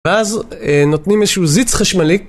ואז נותנים איזשהו זיץ חשמלי